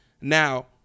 Now